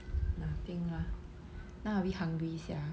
nothing lah now a bit hungry sia